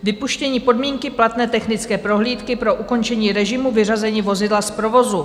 Vypuštění podmínky platné technické prohlídky pro ukončení režimu vyřazení vozidla z provozu.